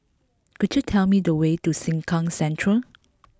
could you tell me the way to Sengkang Central